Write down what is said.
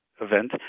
event